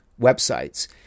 websites